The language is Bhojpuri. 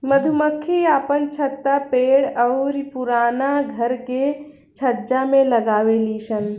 मधुमक्खी आपन छत्ता पेड़ अउरी पुराना घर के छज्जा में लगावे लिसन